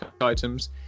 items